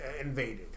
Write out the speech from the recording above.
invaded